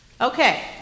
Okay